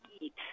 eat